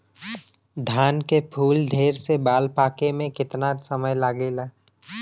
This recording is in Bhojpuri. धान के फूल धरे से बाल पाके में कितना समय लागेला?